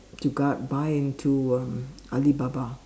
to guard buy into um Alibaba